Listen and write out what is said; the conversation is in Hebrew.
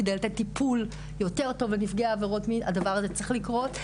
כדי לתת טיפול טוב יותר לנפגעי עבירות מין הדבר הזה צריך לקרות,